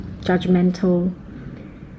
judgmental